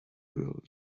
will